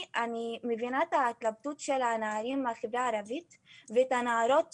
שלי אני מבינה את ההתלבטות של הנערים מהיחידה הערבית ואת הנערות